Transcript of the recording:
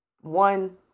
one